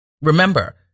Remember